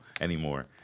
anymore